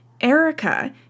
Erica